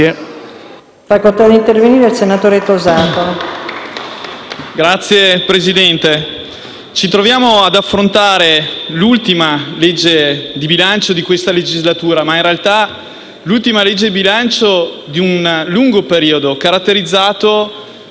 Signora Presidente, ci troviamo ad affrontare l'ultima legge di bilancio di questa legislatura ma, in realtà, l'ultima legge di bilancio di un lungo periodo, caratterizzato